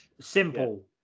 simple